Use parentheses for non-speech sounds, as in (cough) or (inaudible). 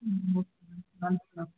ம் okay ma'am (unintelligible) ma'am